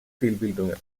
fehlbildungen